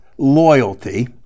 loyalty